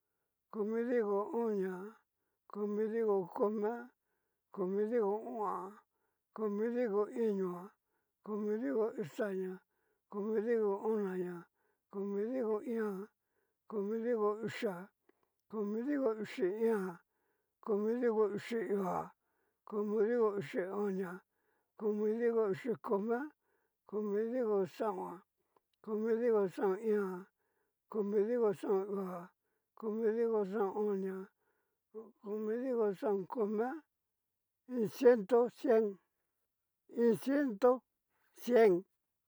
Komidiko onia, komidiko komia, komidiko o 'on a, komidiko iñoa, komidiko uxaña, komidiko onaña, komidiko íín, komidiko uxi iin, komidiko uxi uu a, komidiko uxi onia, komidiko uxi komia, komidiko xaon a, komidiko xaon uu a, komidiko xaon onia, komidiko xaon komia iin ciento cien iin ciento cien.